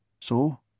So